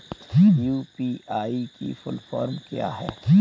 UPI की full form क्या है?